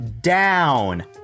down